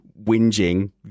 whinging